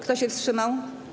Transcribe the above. Kto się wstrzymał?